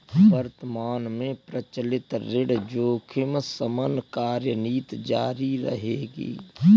वर्तमान में प्रचलित ऋण जोखिम शमन कार्यनीति जारी रहेगी